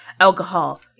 alcohol